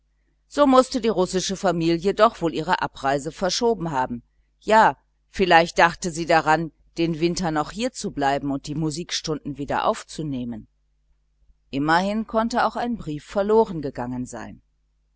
so mußte die russische familie doch wohl ihre abreise verschoben haben ja vielleicht dachte sie daran den winter noch hier zu bleiben und die musikstunden wieder aufzunehmen immerhin konnte auch ein brief verloren worden sein